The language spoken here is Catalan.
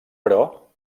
però